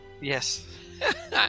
Yes